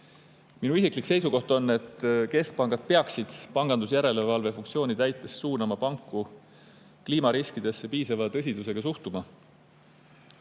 Minu isiklik seisukoht on, et keskpangad peaksid pangandusjärelevalve funktsiooni täites suunama panku kliimariskidesse piisava tõsidusega suhtuma.